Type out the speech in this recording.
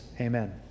Amen